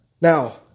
Now